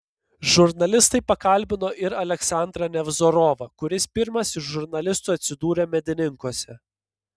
žurnalistai pakalbino ir aleksandrą nevzorovą kuris pirmas iš žurnalistų atsidūrė medininkuose